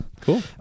Cool